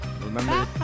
Remember